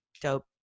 dope